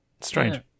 strange